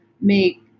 make